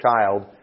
child